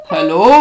Hello